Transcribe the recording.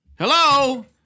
Hello